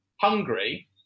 hungry